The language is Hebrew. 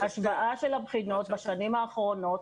השוואה של הבחינות מהשנים האחרונות,